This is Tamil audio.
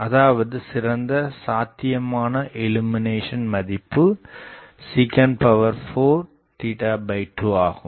அதாவது சிறந்த சாத்தியமான இள்ளுமினேசன் மதிப்பு sec42ஆகும்